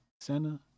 Center